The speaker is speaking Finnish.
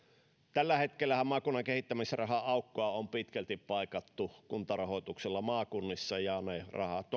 tällä hetkellähän maakunnan kehittämisraha aukkoa on pitkälti paikattu kuntarahoituksella maakunnissa ja ne rahat